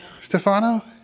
Stefano